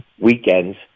weekends